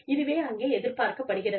இதுவே அங்கே எதிர்பார்க்கப்படுகிறது